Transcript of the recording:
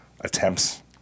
attempts